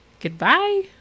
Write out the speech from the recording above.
Goodbye